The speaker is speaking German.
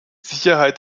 sicherheit